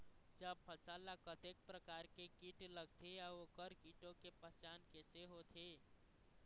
जब फसल ला कतेक प्रकार के कीट लगथे अऊ ओकर कीटों के पहचान कैसे होथे?